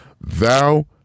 thou